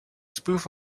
spoof